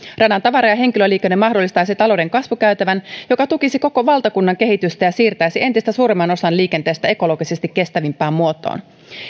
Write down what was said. radan tavara ja henkilöliikenne mahdollistaisi talouden kasvukäytävän joka tukisi koko valtakunnan kehitystä ja siirtäisi entistä suuremman osan liikenteestä ekologisesti kestävimpään muotoon